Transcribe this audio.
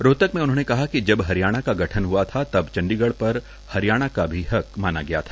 रोहतक म उ ह ने कहा क जब ह रयाणा का गठन हुआ था तक चंडीगढ़ पर ह रयाणा का भी हक माना गया था